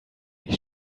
die